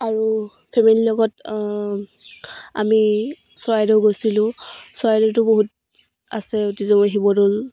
আৰু ফেমিলিৰ লগত আমি চৰাইদেউ গৈছিলোঁ চৰাইদেউটো বহুত আছে ঐতিহ্য়ময় শিৱদৌল